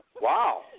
Wow